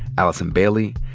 allison bailey,